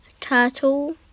turtle